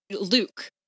Luke